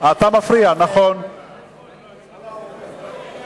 אני עם יושבת-ראש הסיעה שלי.